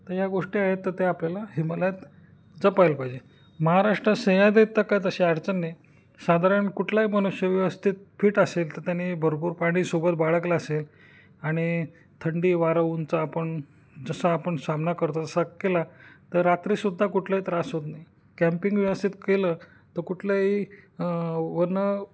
तर या गोष्टी आहेत तर त्या आपल्याला हिमालयात जपायला पाहिजे महाराष्ट्रात सह्याद्रीत तर काही तशी अडचण नाही साधारण कुठलाही मनुष्य व्यवस्थित फिट असेल तर त्यानी भरपूर पाणीसोबत बाळगलं असेल आणि थंडी वारं ऊनचा आपण जसा आपण सामना करतो असं केला तर रात्रीसुद्धा कुठलाही त्रास होत नाही कॅम्पिंग व्यवस्थित केलं तर कुठलंही वनं